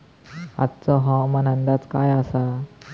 आजचो हवामान अंदाज काय आसा?